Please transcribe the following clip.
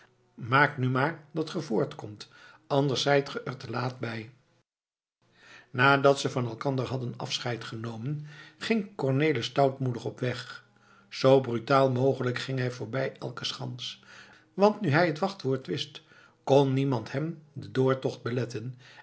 maak nu maar dat ge voort komt anders zijt ge er te laat bij nadat ze van elkander hadden afscheid genomen ging cornelis stoutmoedig op weg zoo brutaal mogelijk ging hij voorbij elke schans want nu hij het wachtwoord wist kon niemand hem den doortocht beletten